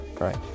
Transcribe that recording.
Right